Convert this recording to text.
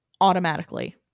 automatically